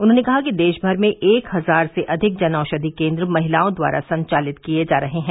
उन्होंने कहा कि देशभर में एक हजार से अधिक जन औषधि केन्द्र महिलाओं द्वारा संचालित किए जा रहे हैं